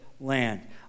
land